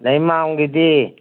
ꯂꯩꯃꯔꯥꯝꯒꯤꯗꯤ